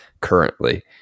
currently